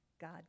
God